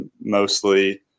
mostly